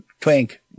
Twink